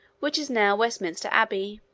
which is now westminster abbey.